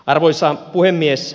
arvoisa puhemies